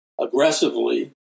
aggressively